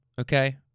Okay